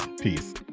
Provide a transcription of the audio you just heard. Peace